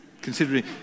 considering